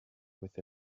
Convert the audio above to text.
with